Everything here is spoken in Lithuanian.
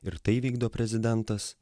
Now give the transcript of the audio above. ir tai vykdo prezidentas